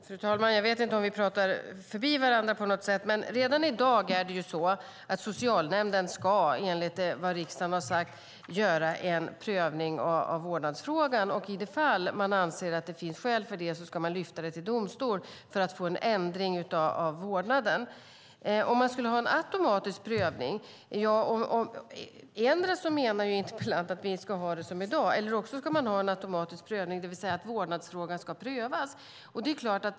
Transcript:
Fru talman! I debatten kanske vi pratar förbi varandra. Redan i dag ska, enligt vad riksdagen har sagt, socialnämnden göra en prövning av vårdnadsfrågan. I de fall man anser att det finns skäl för det ska frågan lyftas till domstol för att man ska få en ändring av vårdnaden. Interpellanten talar om en automatisk prövning. Endera menar interpellanten då att vi ska ha det som i dag, eller också ska man ha en automatisk prövning av vårdnadsfrågan.